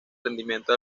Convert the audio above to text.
rendimiento